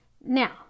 Now